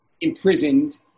imprisoned